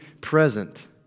present